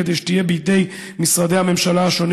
כדי שתהיה בידי משרדי הממשלה השונים